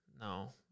No